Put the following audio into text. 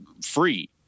free